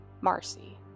Marcy